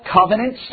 Covenant